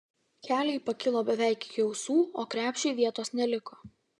keliai pakilo beveik iki ausų o krepšiui vietos neliko